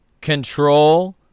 control